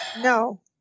No